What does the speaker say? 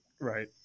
Right